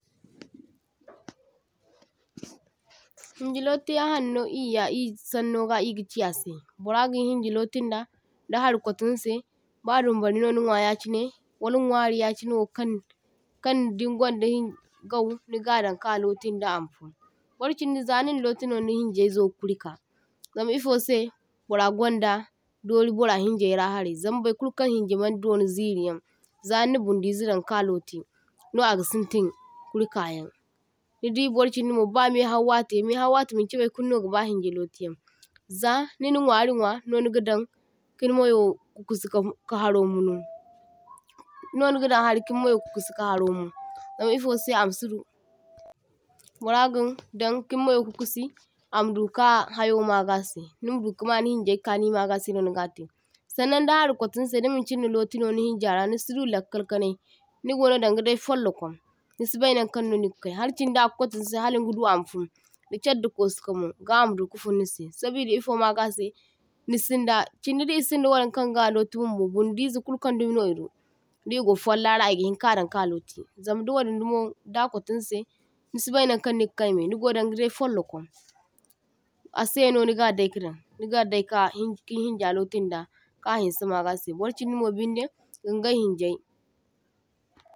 toh – toh Hinje lotiyaŋ hari no iyya isaŋnoga iga chi ase, bara gi hinje lotin da da har kwato nise, ba dumbari no ni nwa yachine wala nwari yachinewo kaŋ kaŋ din gwaŋda hinje gau niga daŋ ka lotin da ama fun. Borchindi za nina lotino ni hinjaizo ga kuri ka, zam ifo se bara gwaŋda dori bora hinjaira harai, zam bai kulkan hinje maŋ donu ziriyan za nina bundize daŋ ka loti no aga sintin kuri kayaŋ, nidi bar chindi mo ba mehau wate mehau wate maŋchi bai kulno gaba hinje lotiyaŋ za nina nwari nwa no niga daŋ kini mayo kusi ka hari munu, no niga daŋ hari kin mayo kusi ka haro munu, zam ifose ama sidu bara gi daŋ kin mayo kusi ama duka hayo magase nim dukama ni hinjai kani magase no negate. saŋnaŋ da na kwattu nise da maŋchinna lotino ni hinja ra nisi du lakkal kanai, ni gono daŋgadai follokwam nisi bai naŋkaŋ no niga ka. Har chinda kwatun se halingadu ama hun da char da kosu ka mun ga ama du ka fun nise. Sabida ifo magase nisinda chindi da isinda wayaŋ kaŋ ga loti bumbo bundize kulkaŋdumi idu digo follara igi hinkadaŋ ka loti, zam di wadin dumo da kwato nise nisi bai naŋkaŋ nigi kaime, nigo daŋgadai follokwam, ase no niga dai ka daŋ nigadai ka hin kin hinja lotin da ka hinse magase bar chindi mo binde igingai hinjai.